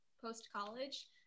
post-college